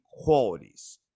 qualities